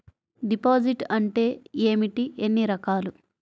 Deposit అంటే ఏమిటీ ఎన్ని రకాలు?